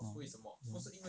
orh mm